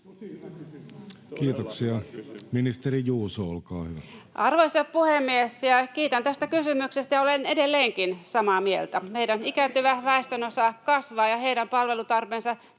Kiuru sd) Time: 16:21 Content: arvoisa puhemies! Kiitän tästä kysymyksestä, ja olen edelleenkin samaa mieltä: meidän ikääntyvä väestönosamme kasvaa, ja heidän palvelutarpeensa tulee